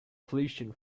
pollution